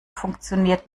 funktioniert